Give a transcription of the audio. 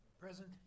present